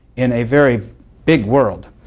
in a very big world.